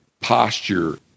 posture